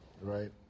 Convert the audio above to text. Right